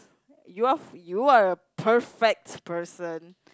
you've you're a perfect person